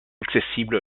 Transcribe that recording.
accessible